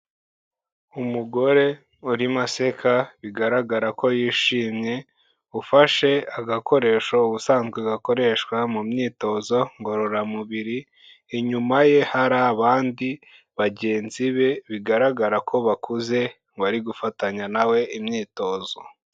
Umugore urimo aseka bigaragara ko yishimye, ufashe agakoresho ubusanzwe gakoreshwa mu myitozo ngororamubiri, inyuma ye hari abandi bagenzi be bigaragara ko bakuze bari gufatanya na we imyitozo.